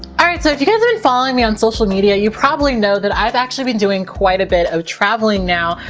alright, so if you guys have been following me on social media, you probably know that i've actually been doing quite a bit of travelling now.